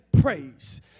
praise